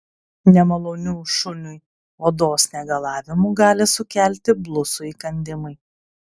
nemalonių šuniui odos negalavimų gali sukelti blusų įkandimai